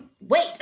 wait